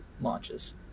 launches